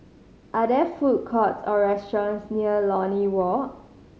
are there food courts or restaurants near Lornie Walk